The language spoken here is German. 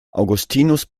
augustinus